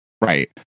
Right